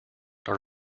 are